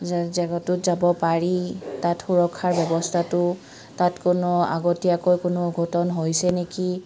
জেগাটোত যাব পাৰি তাত সুৰক্ষাৰ ব্যৱস্থাটো তাত কোনো আগতীয়াকৈ কোনো অঘটন হৈছে নেকি